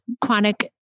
chronic